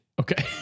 okay